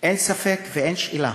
אין ספק ואין שאלה